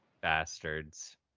Bastards